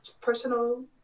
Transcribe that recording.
Personal